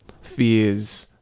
fears